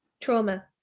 Trauma